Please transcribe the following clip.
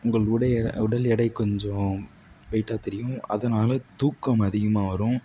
உங்கள் உடல் உடல் எடை கொஞ்சம் வெயிட்டாக தெரியும் அதனால் தூக்கம் அதிகமாக வரும்